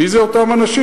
מי זה אותם אנשים?